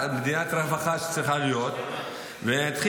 שצריכה להיות מדינת רווחה.